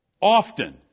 often